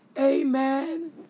Amen